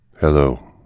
Hello